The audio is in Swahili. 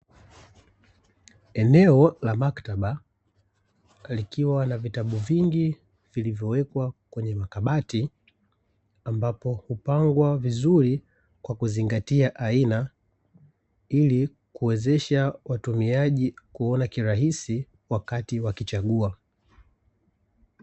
Eneo la maktaba, likiwa na vitabu vingi vilivyowekwa kwenye makabati, ambapo hupangwa vizuri kwa kuzingatia aina, ili kuwezesha watumiaji kuona kirahisi wakati wakichagua.